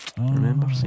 remember